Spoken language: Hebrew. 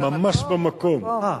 ממש במקום.